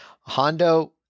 Hondo